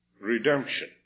redemption